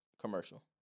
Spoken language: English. commercial